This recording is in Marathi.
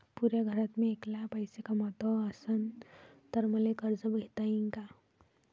पुऱ्या घरात मी ऐकला पैसे कमवत असन तर मले कर्ज घेता येईन का?